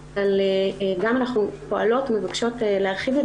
אבל אנחנו גם פועלות ומבקשות להרחיב את